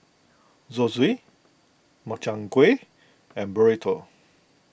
Zosui Makchang Gui and Burrito